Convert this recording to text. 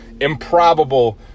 Improbable